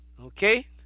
okay